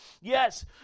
yes